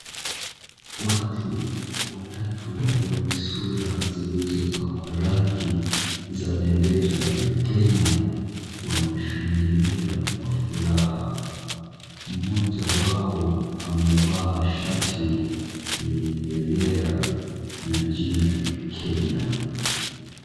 Watu watatu wenye sura zilizopakwa rangi za bendera ya Kenya wanashangilia kwa furaha. Mmoja wao amevaa shati lenye bendera na jina Kenya.